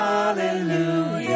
Hallelujah